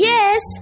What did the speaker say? Yes